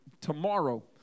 tomorrow